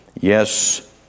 Yes